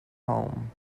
home